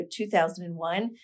2001